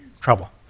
trouble